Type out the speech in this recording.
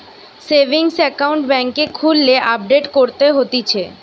savings account বেংকে খুললে update করতে হতিছে